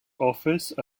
office